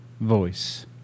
voice